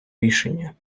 рішення